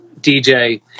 DJ